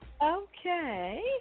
Okay